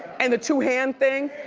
and the two hand thing?